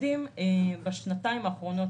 בשנתיים האחרונות,